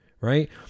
right